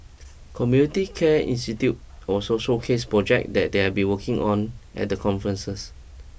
community care institute also showcased projects that they have been working on at the conferences